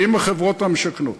עם החברות המשכנות.